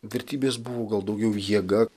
vertybės buvo gal daugiau jėga